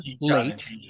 late